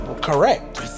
correct